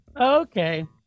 Okay